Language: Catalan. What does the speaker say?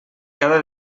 cada